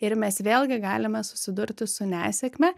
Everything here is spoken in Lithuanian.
ir mes vėlgi galime susidurti su nesėkme